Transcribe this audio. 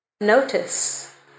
Notice